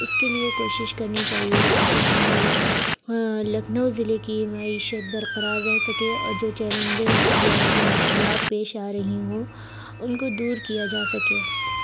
اس کے لیے کوشش کرنی چاہیے تاکہ ہماری لکھنؤ ضلعے کی معیشت برقرار رہ سکے اور اور جو چیلنجز یا جو مشکلات پیش آ رہی ہوں ان کو دور کیا جا سکے